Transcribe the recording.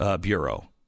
bureau